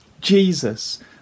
Jesus